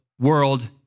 world